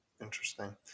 interesting